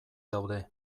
daude